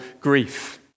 grief